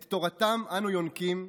את תורתם אנו יונקים,